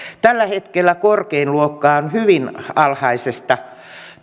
tällä hetkellä korkein luokka on hyvin alhaisesta